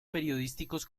periodísticos